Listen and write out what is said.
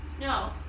no